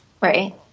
right